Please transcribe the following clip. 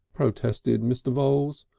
protested mr. voules,